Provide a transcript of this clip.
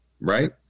right